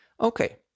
Okay